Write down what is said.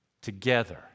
together